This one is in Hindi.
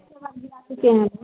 भी आ चुके हैं लोग